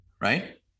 right